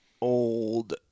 old